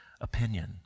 opinion